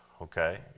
okay